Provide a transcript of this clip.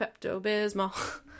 Pepto-Bismol